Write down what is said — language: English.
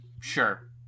sure